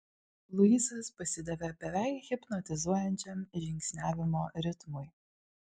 luisas pasidavė beveik hipnotizuojančiam žingsniavimo ritmui